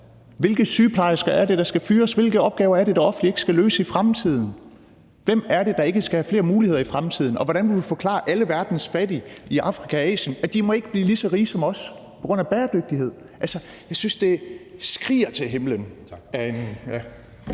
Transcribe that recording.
hvilke sygeplejersker er det, der skal fyres, og hvilke opgaver er det, det offentlige ikke skal løse i fremtiden? Hvem er det, der ikke skal have flere muligheder i fremtiden, og hvordan vil man forklare alle verdens fattige i Afrika og Asien, at de ikke må blive lige så rige som os på grund af bæredygtighed? Altså, jeg synes, at det skriger til himlen.